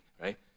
right